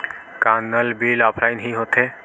का नल bill offline हि होथे?